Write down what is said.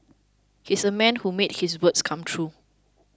he's a man who made his words come true